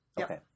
Okay